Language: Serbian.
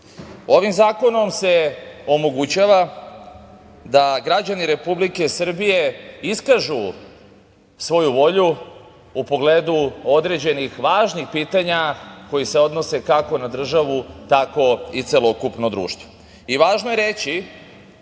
zakonom se omogućava da građani Republike Srbije iskažu svoju volju u pogledu određenih važnih pitanja koja se odnose, kako na državu, tako i na celokupno društvo. Važno je reći